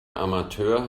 amateur